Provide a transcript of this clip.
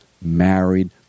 married